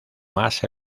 más